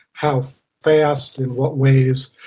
how fast, in what ways,